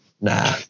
Nah